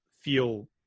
feel